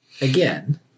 again